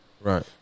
Right